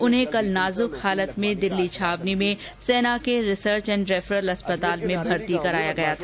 उन्हें कल नाजुक हालत में दिल्ली छावनी में सेना के रिसर्च एंड रेफरल अस्पताल में भर्ती कराया गया था